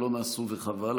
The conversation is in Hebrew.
והם לא נעשו וחבל,